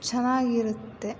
ಚೆನ್ನಾಗಿ ಇರುತ್ತೆ